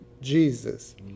Jesus